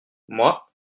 moi